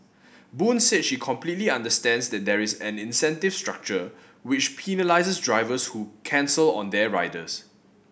Boon said she completely understands that there is an incentive structure which penalises drivers who cancel on their riders